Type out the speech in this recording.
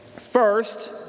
First